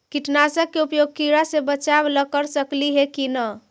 कीटनाशक के उपयोग किड़ा से बचाव ल कर सकली हे की न?